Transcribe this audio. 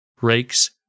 rakes